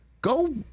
go